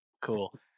cool